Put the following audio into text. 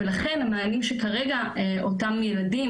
ולכן המענים שכרגע אותם ילדים,